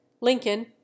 Lincoln